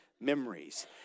memories